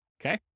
okay